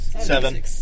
Seven